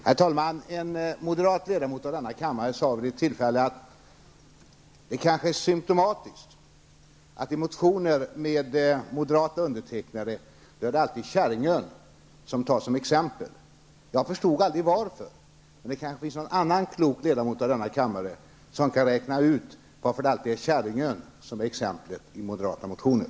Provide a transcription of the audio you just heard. Herr talman! En moderat ledamot av denna kammare sade vid ett tillfälle: ''Det är kanske symptomatiskt att i motioner med moderata undertecknare är det alltid Kärringön som tas som exempel.'' Jag förstod aldrig varför, men det kanske finns någon annan klok ledamot av denna kammare som kan räkna ut varför det alltid är Kärringön som tas som exempel i moderata motioner.